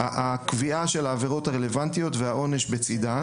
הקביעה של העבירות הרלוונטיות והעונש בצידן.